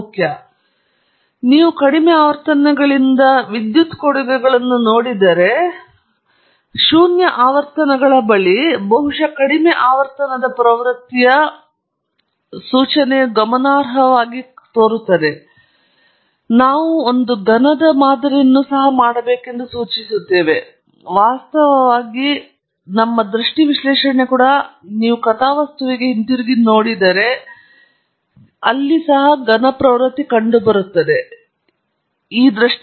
ಈಗ ನೀವು ಕಡಿಮೆ ಆವರ್ತನಗಳಿಂದ ವಿದ್ಯುತ್ ಕೊಡುಗೆಗಳನ್ನು ನೋಡಿದರೆ ಶೂನ್ಯ ಆವರ್ತನಗಳ ಬಳಿ ಬಹುಶಃ ಕಡಿಮೆ ಆವರ್ತನದ ಪ್ರವೃತ್ತಿಯ ಸೂಚನೆಯು ಗಮನಾರ್ಹವಾದ ಕೊಡುಗೆಯೆಂದು ತೋರುತ್ತದೆ ಇದು ನಾವು ಘನದ ಒಂದು ಮಾದರಿಯನ್ನು ಸಹ ಮಾಡಬೇಕೆಂದು ಸೂಚಿಸುತ್ತದೆ ವಾಸ್ತವವಾಗಿ ನಮ್ಮ ದೃಷ್ಟಿ ವಿಶ್ಲೇಷಣೆ ಕೂಡಾ ನೀವು ಕಥಾವಸ್ತುವಿಗೆ ಹಿಂತಿರುಗಿ ಹೋದರೆ ಕೆಲವು ಘನ ಪ್ರವೃತ್ತಿ ಕಂಡುಬರುತ್ತಿದೆ ಎಂದು ಬಹಿರಂಗಪಡಿಸುತ್ತದೆ